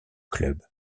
club